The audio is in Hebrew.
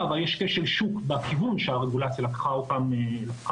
אבל יש כשל שוק בכיוון שהרגולציה לקחה אליו,